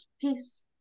peace